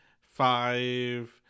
five